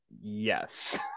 Yes